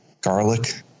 garlic